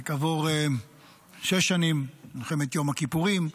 כעבור שש שנים, במלחמת יום הכיפורים,